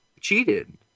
cheated